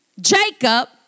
Jacob